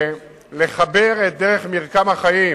לחבר את דרך מרקם החיים